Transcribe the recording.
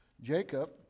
Jacob